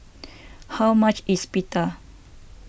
how much is Pita